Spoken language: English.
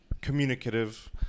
communicative